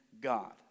God